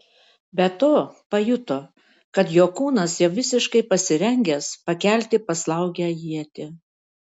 be to pajuto kad jo kūnas jau visiškai pasirengęs pakelti paslaugią ietį